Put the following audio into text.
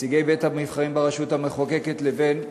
נציגי בית-הנבחרים ברשות המחוקקת לבין,